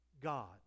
God